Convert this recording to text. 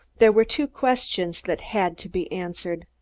there were two questions that had to be answered.